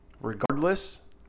regardless